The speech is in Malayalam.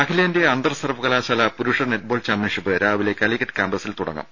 അഖിലേന്ത്യാ അന്തർ സർവകലാശാല പുരുഷ നെറ്റ്ബോൾ ചാമ്പ്യൻഷിപ്പ് രാവിലെ കലിക്കറ്റ് ക്യാമ്പസിൽ തുടങ്ങും